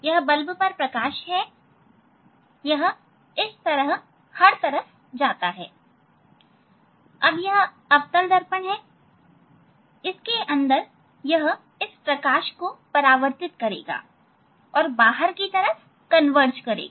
यह बल्ब पर प्रकाश है यह इस तरह हर तरफ जाता है अब यह अवतल दर्पण है इसके अंदर यह इस प्रकाश को परावर्तित करेगा और बाहर की तरफ कन्वर्ज करेगा